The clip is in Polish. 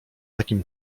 takim